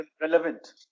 relevant